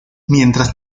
mientras